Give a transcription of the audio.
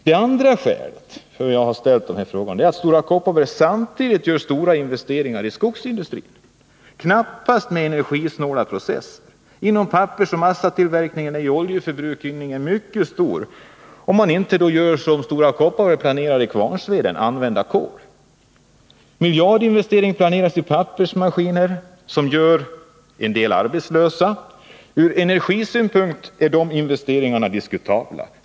Det andra skälet till att jag har ställt de här frågorna är att Stora Kopparberg samtidigt gör stora investeringar i skogsindustrin, som knappast har energisnåla processer. Inom pappersoch massatillverkningen är oljeförbrukningen mycket stor, om man inte — som Stora Kopparberg planerar i Kvarnsveden — använder kol. En miljardinvestering planeras i pappersmaskiner som gör en del arbetslösa. Från energisynpunkt är de investeringarna diskutabla.